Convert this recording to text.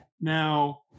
Now